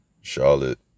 Charlotte